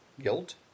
guilt